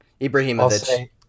Ibrahimovic